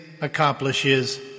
accomplishes